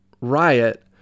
riot